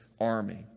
army